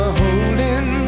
holding